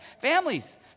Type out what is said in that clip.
Families